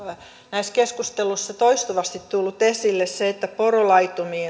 näissä keskusteluissa toistuvasti tullut esille se että porolaitumiin